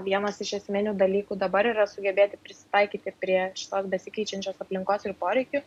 vienas iš esminių dalykų dabar yra sugebėti prisitaikyti prie šitos besikeičiančios aplinkos ir poreikių